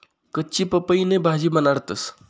कच्ची पपईनी भाजी बनाडतंस